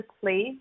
place